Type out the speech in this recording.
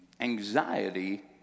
Anxiety